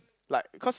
like cause